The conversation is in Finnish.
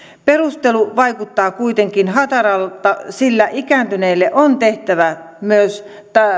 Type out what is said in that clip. perustelu vaikuttaa kuitenkin hataralta sillä ikääntyneille on tehtävä myös